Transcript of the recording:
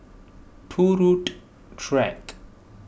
Turut Track